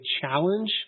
challenge